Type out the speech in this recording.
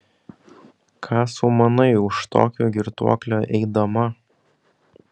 ką sau manai už tokio girtuoklio eidama